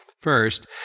First